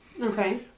Okay